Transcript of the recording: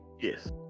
Yes